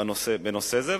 בנושא זה,